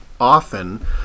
often